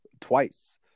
twice